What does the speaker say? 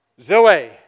Zoe